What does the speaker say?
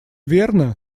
верно